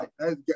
Right